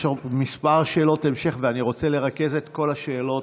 יש כמה שאלות המשך ואני רוצה לרכז את כל השאלות.